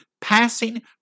passing